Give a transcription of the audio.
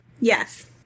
Yes